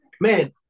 Man